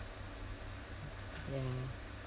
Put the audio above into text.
ya